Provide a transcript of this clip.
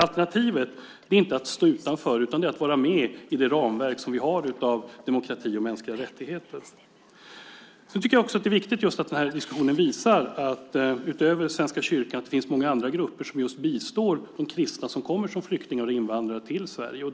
Alternativet är inte att stå utanför, utan att vara med i det ramverk som vi har av demokrati och mänskliga rättigheter. Diskussionen visar att det utöver Svenska kyrkan finns många andra grupper som bistår de kristna som kommer som flyktingar och invandrare till Sverige.